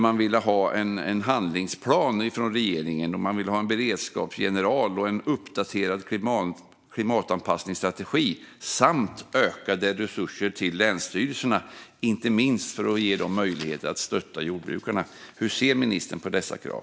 Man vill ha en handlingsplan från regeringen, en beredskapsgeneral och en uppdaterad klimatanpassningsstrategi - samt ökade resurser till länsstyrelserna, inte minst för att ge dem möjligheter att stötta jordbrukarna. Hur ser ministern på dessa krav?